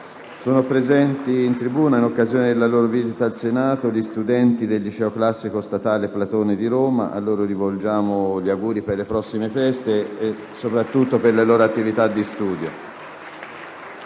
è presente in tribuna, in occasione della loro visita al Senato, una delegazione di studenti del liceo classico statale «Platone» di Roma. A loro rivolgo gli auguri per le prossime feste e, soprattutto, per le loro attività di studio.